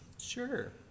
sure